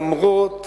למרות